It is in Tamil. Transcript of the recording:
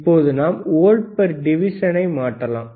இப்போது நாம் வோல்ட் பெர் டிவிஷனை மாற்றலாம்